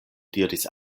diris